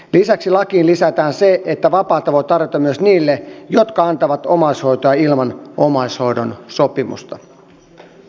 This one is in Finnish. lisäksi lakiin lisätään se että vapaata voi tarjota myös niille jotka antavat omaishoitoa ilman omaishoitosopimusta